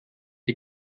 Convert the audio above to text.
die